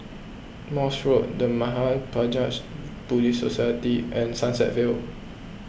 Morse Road the Mahaprajna Buddhist Society and Sunset Vale